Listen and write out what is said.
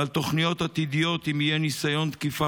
ועל תוכניות עתידיות אם יהיה ניסיון תקיפה